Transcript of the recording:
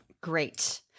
Great